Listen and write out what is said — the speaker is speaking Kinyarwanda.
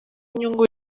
inyungu